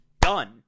done